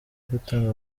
gutanga